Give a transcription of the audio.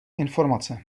informace